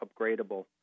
upgradable